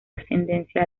ascendencia